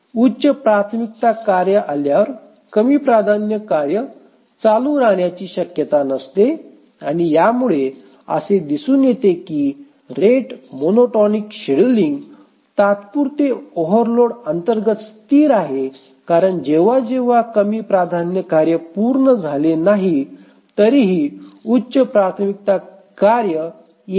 उच्च प्राथमिकता कार्य आल्यावर कमी प्राधान्य कार्य चालूच राहण्याची शक्यता नसते आणि यामुळे असे दिसून येते की रेट मोनोटॉनिक शेड्यूलिंग तात्पुरते ओव्हरलोड अंतर्गत स्थिर आहे कारण जेव्हा जेव्हा कमी प्राधान्य कार्य पूर्ण झाले नाही तरीही उच्च प्राथमिकता कार्य येते